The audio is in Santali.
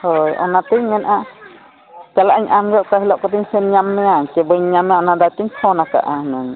ᱦᱳᱭ ᱚᱱᱟᱛᱮᱧ ᱢᱮᱱᱮᱜᱼᱟ ᱪᱟᱞᱟᱜᱼᱟᱹᱧ ᱟᱢ ᱜᱮ ᱚᱠᱟ ᱦᱤᱞᱳᱜ ᱠᱚᱨᱮᱧ ᱥᱮᱱ ᱧᱟᱢ ᱢᱮᱭᱟ ᱥᱮ ᱵᱟᱹᱧ ᱧᱟᱢ ᱢᱮᱭᱟ ᱚᱱᱟ ᱵᱟᱨᱮ ᱛᱤᱧ ᱯᱷᱳᱱ ᱠᱟᱜᱼᱟ ᱦᱩᱱᱟᱹᱝ